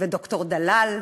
וד"ר דלאל,